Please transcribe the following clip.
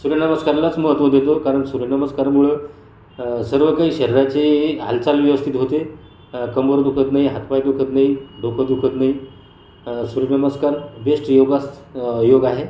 सूर्यनमस्कारालाच महत्त्व देतो कारण सूर्यनमस्कारामुळं सर्व काही शरीराचे हालचाल व्यवस्थित होते कंबर दुखत नाही हातपाय दुखत नाही डोकं दुखत नाही सूर्यनमस्कार बेस्ट योगा योग आहे